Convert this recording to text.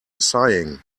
sighing